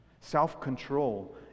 Self-control